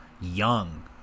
young